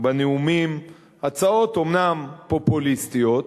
בנאומים הצעות, אומנם פופוליסטיות,